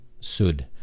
Sud